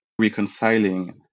reconciling